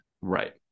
Right